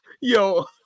yo